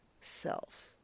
self